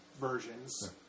versions